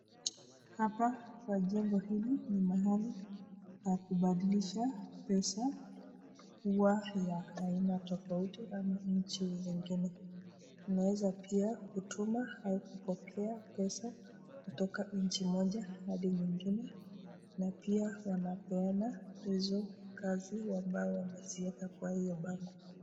Hapa kwa jengo hili ni mahali pa kubadilisha pesa hua ya aina tofauti ama nchi zengine. Unaeza pia kutuma au kupokea pesa kutoka nchi moja hadi nyengine na pia wanapeana hizo kazi ambao wameziweka kwa hiyo bango.